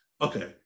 okay